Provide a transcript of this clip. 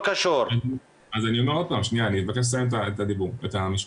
אני מבקש לסיים את המשפט.